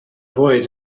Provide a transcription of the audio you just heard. boy